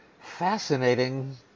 fascinating